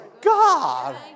God